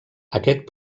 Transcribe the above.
aquest